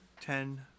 ten